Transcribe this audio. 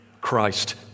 Christ